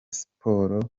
siporo